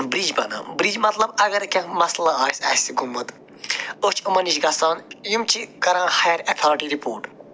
bridge بناو برٛج مطلب اگرَے کیٚنٛہہ مسلہٕ آسہِ اَسہِ گوٚمُت أسۍ چھِ یِمن نِش گَژھان یِم چھِ کَران ہایر اٮ۪تھارٹی رِپوٹ